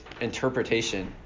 interpretation